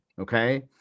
okay